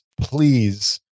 please